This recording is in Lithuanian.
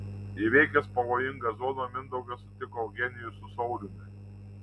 įveikęs pavojingą zoną mindaugas sutiko eugenijų su sauliumi